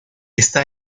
está